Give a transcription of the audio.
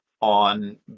on